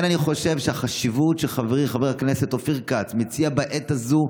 אני חושב שיש חשיבות למה שחברי חבר הכנסת אופיר כץ מציע בעת הזו,